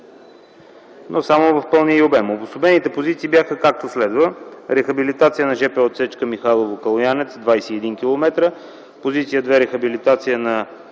но само в пълния й обем. Обособените позиции бяха, както следва: „Рехабилитация на жп отсечка Михайлово–Калоянец, 21 км”, позиция 2 – „Рехабилитация на